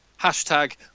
hashtag